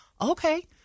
okay